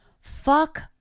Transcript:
fuck